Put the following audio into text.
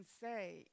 say